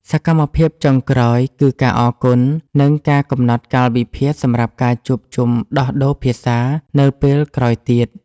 សកម្មភាពចុងក្រោយគឺការអរគុណ និងការកំណត់កាលវិភាគសម្រាប់ការជួបជុំដោះដូរភាសានៅពេលក្រោយទៀត។